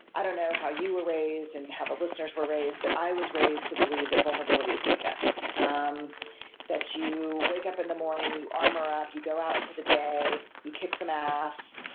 i don't know how you were raised and how the listeners were raised, but i was raised to believe that vulnerability is weakness. um that you wake up in the morning, you armor up, you go into the day, you kick some ass,